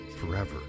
forever